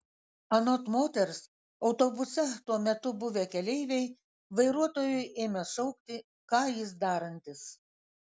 anot moters autobuse tuo metu buvę keleiviai vairuotojui ėmė šaukti ką jis darantis